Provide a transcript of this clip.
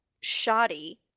shoddy